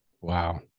Wow